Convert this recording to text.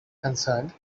concerned